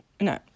no